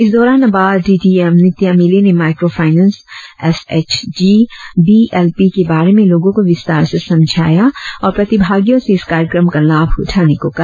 इस दौरान NABARD D D M Nitya Mili ने micro finance S H G B L P के बारे में लोगों को विस्तार से समझाया और प्रतिभागियों से इस कार्यक्रम का लाभ उठाने को कहा